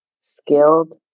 skilled